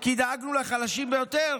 כי דאגנו לחלשים ביותר?